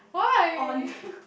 why